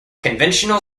conventional